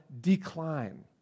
decline